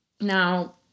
Now